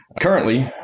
Currently